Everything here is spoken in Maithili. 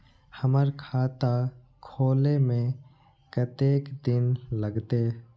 हमर खाता खोले में कतेक दिन लगते?